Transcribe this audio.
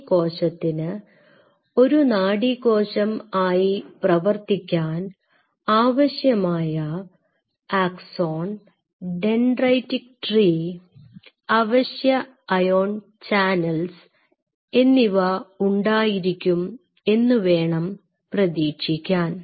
ഈ കോശത്തിന് ഒരു നാഡീകോശം ആയി പ്രവർത്തിക്കാൻ ആവശ്യമായ ആക്സോൺ ഡെന്ഡ്രൈടിക് ട്രീ അവശ്യ അയോൺ ചാനൽസ് എന്നിവ ഉണ്ടായിരിക്കും എന്ന് വേണം പ്രതീക്ഷിക്കാൻ